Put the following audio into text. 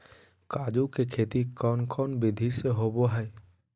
काजू के खेती कौन कौन विधि से होबो हय?